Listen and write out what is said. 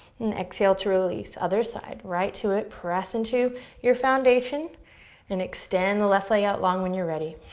and exhale to release, other side. right to it. press into your foundation and extend the left leg out long when you're ready.